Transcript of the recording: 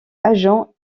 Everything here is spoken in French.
agent